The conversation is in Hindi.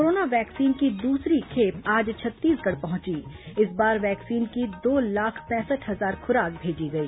कोरोना वैक्सीन की दूसरी खेप आज छत्तीसगढ़ पहुंची इस बार वैक्सीन की दो लाख पैंसठ हजार खुराक मेजी गई